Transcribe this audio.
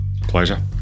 Pleasure